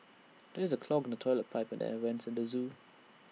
there is A clog in the Toilet Pipe and the air Vents at the Zoo